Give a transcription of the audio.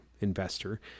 investor